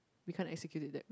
we can't execute in that week